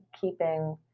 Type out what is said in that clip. keeping